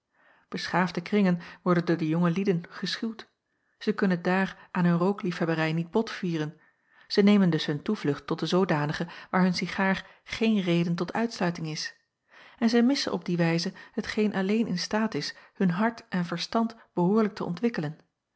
eschaafde kringen worden door de jonge lieden geschuwd zij kunnen daar aan hun rookliefhebberij niet botvieren zij nemen dus hun toevlucht tot de zoodanige waar hun cigaar geen reden tot uitsluiting is en zij missen op die wijze hetgeen alleen in staat is hun hart en verstand behoorlijk te ontwikkelen